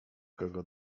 kogo